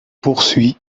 poursuit